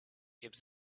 keep